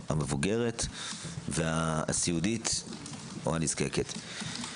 המבוגרת והסיעודית או הנזקקת.